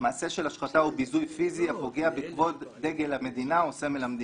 מעשה של השחתה או ביזוי פיסי הפוגע בכבוד דגל המדינה או סמל המדינה.